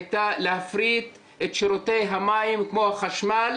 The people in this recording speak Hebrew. הייתה להפריט את שירותי המים כמו החשמל,